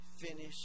finish